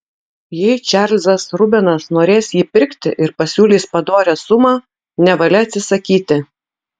jei čarlzas rubenas norės jį pirkti ir pasiūlys padorią sumą nevalia atsisakyti